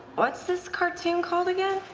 what's this cartoon called again?